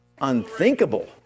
unthinkable